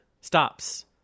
stops